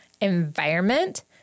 environment